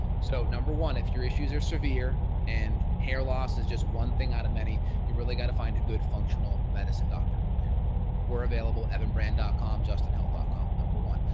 so number one if your issues are severe and hair loss is just one thing out of many. you really got to find a good functional medicine doctor were available. evanbrand ah com, justinhealth dot com number one.